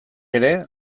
ere